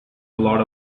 lot